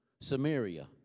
Samaria